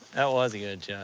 that was a yeah